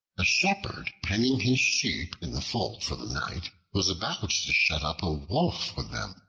a shepherd penning his sheep in the fold for the night was about to shut up a wolf with them,